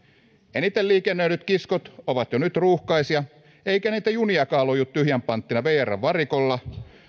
eniten liikennöidyt kiskot ovat jo nyt ruuhkaisia eikä niitä juniakaan loju tyhjän panttina vrn varikolla